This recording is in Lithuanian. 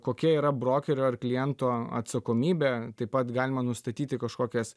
kokia yra brokerio ar kliento atsakomybė taip pat galima nustatyti kažkokias